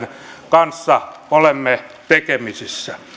kanssa olemme tekemisissä